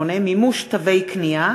38) (מימוש תווי קנייה),